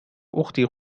أختي